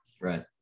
right